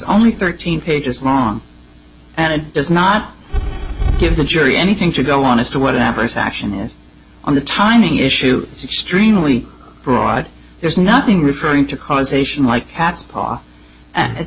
only thirteen pages long and it does not give the jury anything to go on as to what happens actionis on the timing issue it's extremely broad there's nothing referring to causation like